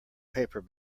paper